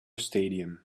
stadium